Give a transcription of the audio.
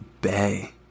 bay